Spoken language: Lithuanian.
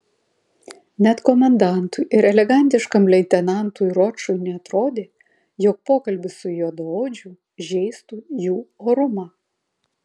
net komendantui ir elegantiškam leitenantui ročui neatrodė jog pokalbis su juodaodžiu žeistų jų orumą